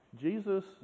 jesus